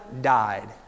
died